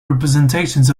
representations